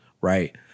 Right